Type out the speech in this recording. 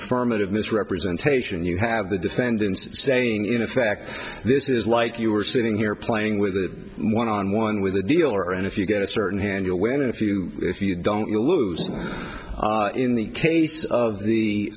affirmative misrepresentation you have the defendant saying in effect this is like you are sitting here playing with a one on one with a dealer and if you get a certain hand you'll win a few if you don't you'll lose in the case of the